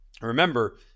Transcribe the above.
Remember